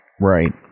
Right